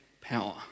power